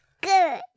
good